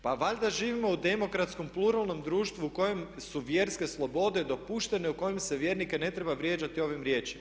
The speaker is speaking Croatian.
Pa valjda živimo u demokratskom pluralnom društvu u kojem su vjerske slobode dopuštene, u kojem se vjernike ne treba vrijeđati ovim riječima.